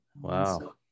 Wow